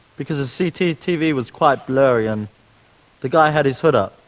because the cctv was quite blurry and the guy had his foot up.